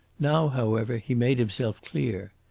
now, however, he made himself clear.